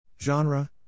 Genre